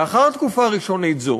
לאחר תקופה ראשונית זו,